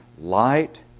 light